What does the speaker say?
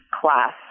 class